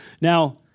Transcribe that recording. Now